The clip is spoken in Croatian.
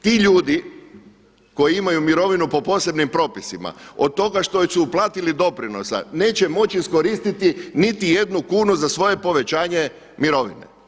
Ti ljudi koji imaju mirovinu po posebnim propisima od toga što su uplatili doprinosa neće moći iskoristiti niti jednu kunu za svoje povećanje mirovine.